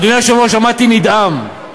אדוני היושב-ראש, עמדתי נדהם.